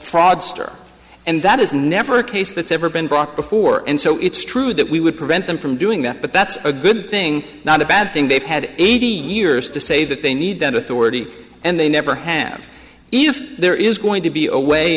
fraudster and that is never a case that's ever been brought before and so it's true that we would prevent them from doing that but that's a good thing not a bad thing they've had eighteen years to say that they need that authority and they never have even if there is going to be a way